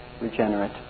regenerate